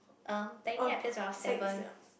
um technically I pierced when I was seven